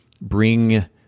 bring